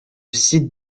site